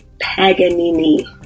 Paganini